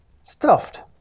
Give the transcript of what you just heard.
Stuffed